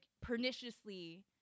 perniciously